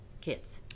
Kids